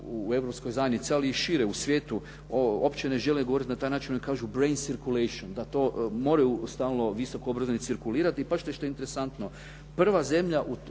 u Europskoj zajednici, ali i šire u svijetu, uopće ne žele govoriti na taj način. Oni kažu brain circulation, da to moraju stalno visoko obrazovani cirkulirati, baš to što je interesantno. Prva zemlja